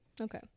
Okay